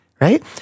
right